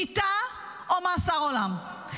מיתה או מאסר עולם.